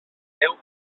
déu